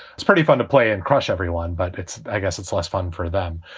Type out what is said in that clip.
it's pretty fun to play and crush everyone, but it's i guess it's less fun for them.